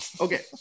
Okay